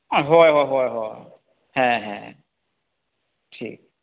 ᱦᱳᱭ ᱦᱳᱭ ᱦᱳᱭ ᱦᱮᱸ ᱦᱮᱸ ᱴᱷᱤᱠ